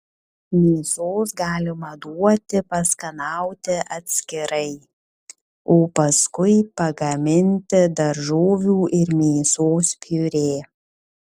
mėsos galima duoti paskanauti atskirai o paskui pagaminti daržovių ir mėsos piurė